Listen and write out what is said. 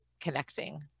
connecting